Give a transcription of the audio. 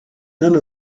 none